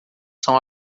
são